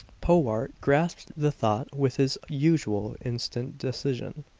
powart grasped the thought with his usual instant decision.